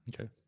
okay